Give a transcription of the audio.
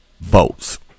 Votes